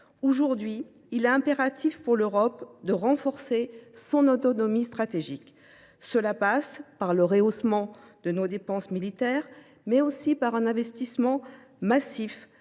Aujourd’hui, l’Europe doit impérativement renforcer son autonomie stratégique. Cela passe par le rehaussement de nos dépenses militaires, mais aussi par un investissement massif